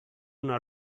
una